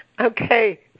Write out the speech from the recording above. Okay